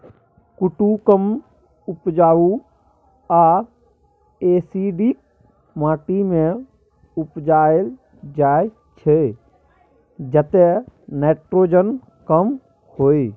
कुट्टू कम उपजाऊ आ एसिडिक माटि मे उपजाएल जाइ छै जतय नाइट्रोजन कम होइ